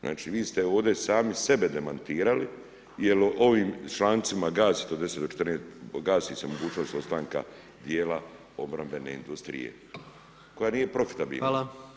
Znači, vi ste ovdje sami sebe demantirali jer ovim člancima gasite od 10 do 14, gasi se mogućnost ostanka dijela obrambene industrije koja nije profitabilna.